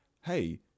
hey